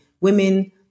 women